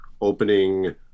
opening